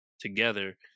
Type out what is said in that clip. together